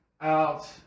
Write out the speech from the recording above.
out